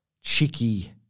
cheeky